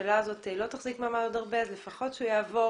הממשלה הזאת לא תחזיק מעמד עוד הרבה - והוא יעבור